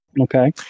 Okay